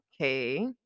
okay